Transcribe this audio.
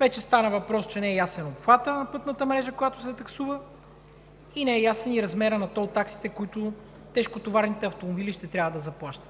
Вече стана въпрос, че не е ясен обхватът на пътната мрежа, която се таксува, не е ясен и размерът на тол таксите, които тежкотоварните автомобили ще трябва да заплащат.